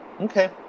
Okay